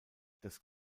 das